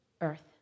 earth